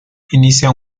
inicia